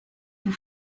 vous